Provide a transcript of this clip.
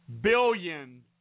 billion